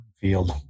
field